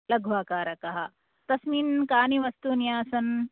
लघ्वाकारकः तस्मिन् कानि वस्तूनि आसन्